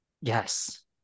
Yes